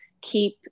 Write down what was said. keep